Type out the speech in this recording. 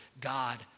God